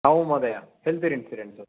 आं महोदय health insurance